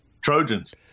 Trojans